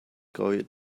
gebäude